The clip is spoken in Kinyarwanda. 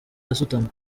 gasutamo